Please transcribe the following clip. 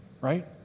right